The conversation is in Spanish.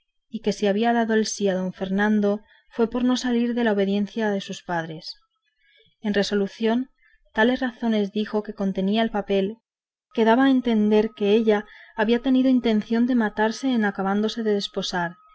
y que si había dado el sí a don fernando fue por no salir de la obediencia de sus padres en resolución tales razones dijo que contenía el papel que daba a entender que ella había tenido intención de matarse en acabándose de desposar